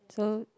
so